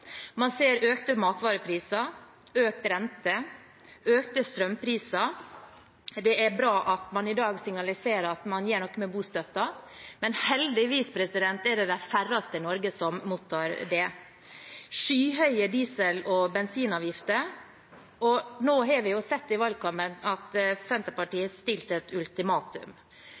Man ser økte matvarepriser, økt rente, økte strømpriser – det er bra at man i dag signaliserer at man gjør noe med bostøtten, men heldigvis er det de færreste i Norge som mottar det – og skyhøye diesel- og bensinavgifter. Vi så jo i valgkampen at Senterpartiet stilte et ultimatum.